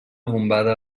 bombada